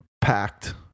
packed